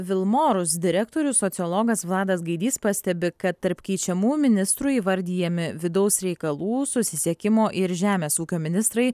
vilmorus direktorius sociologas vladas gaidys pastebi kad tarp keičiamų ministrų įvardijami vidaus reikalų susisiekimo ir žemės ūkio ministrai